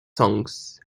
songs